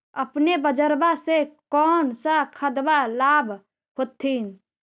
अपने बजरबा से कौन सा खदबा लाब होत्थिन?